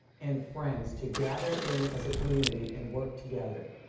and friends to gather in as a community and work together.